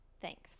Thanks